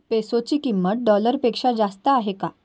पेसोची किंमत डॉलरपेक्षा जास्त आहे का